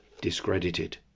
discredited